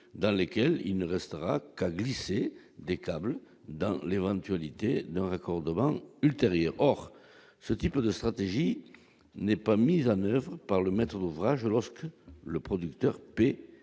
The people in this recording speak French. dans lesquels il ne restera qu'à glisser des câbles dans l'éventualité d'un raccordement ultérieure, or ce type de stratégie n'est pas mise à par le maître d'ouvrage, lorsque le producteur P.